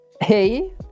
Hey